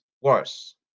Worse